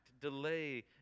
Delay